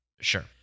Sure